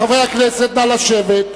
חברי הכנסת, נא לשבת.